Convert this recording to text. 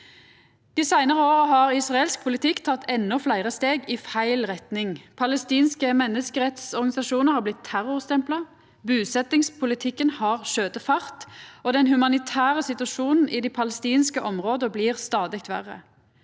Dei seinare åra har israelsk politikk teke endå fleire steg i feil retning. Palestinske menneskerettsorganisasjonar har blitt terrorstempla, busetjingspolitikken har skote fart, og den humanitære situasjonen i dei palestinske områda blir stadig verre.